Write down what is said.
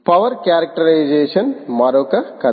power characterisation మరొక కథ